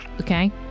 okay